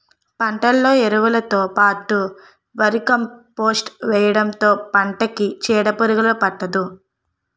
పంటలో ఎరువులుతో పాటు వర్మీకంపోస్ట్ వేయడంతో పంటకి చీడపురుగు పట్టదు